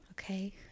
Okay